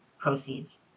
proceeds